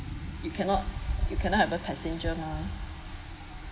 you cannot cannot have a passenger mah